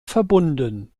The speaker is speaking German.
verbunden